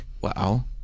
Wow